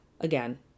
again